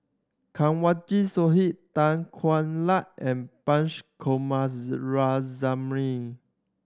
Kanwaljit Tan Hwa Luck and Punch